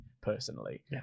personally